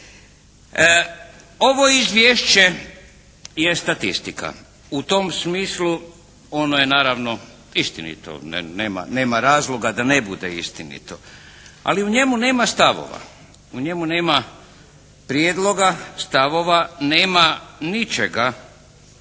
Ovo izvješće je statistika. U tom smislu ono je naravno istinito. Nema razloga da ne bude istinito, ali u njemu nema stavova, u njemu nema prijedloga, stavova, nema ničega